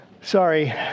sorry